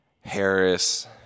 Harris